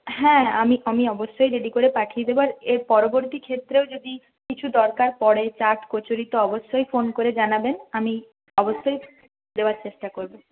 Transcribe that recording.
হ্যাঁ আমি আমি অবশ্যই রেডি করে পাঠিয়ে দেব আর এর পরবর্তী ক্ষেত্রেও যদি কিছু দরকার পড়ে চাট কচুরি তো অবশ্যই ফোন করে জানাবেন আমি অবশ্যই দেওয়ার চেষ্টা করব